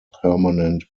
permanent